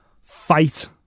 fight